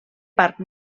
parc